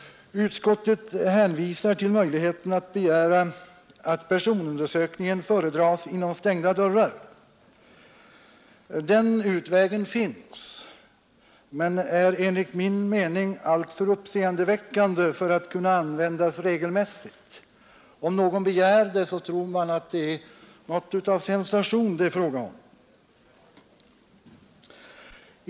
Utskottet hänvisar till möjligheten att begära att personundersökningen föredrages inom stängda dörrar. Den utvägen finns men är enligt min mening alltför uppseendeväckande för att kunna användas regelmässigt. Om någon begär detta tror man att det är något av sensation det är fråga om.